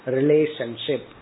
Relationship